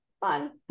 fun